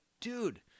dude